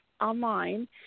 online